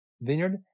vineyard